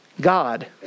God